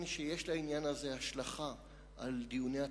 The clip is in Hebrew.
שיש לעניין הזה השלכה על דיוני התקציב,